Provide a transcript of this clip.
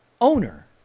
Owner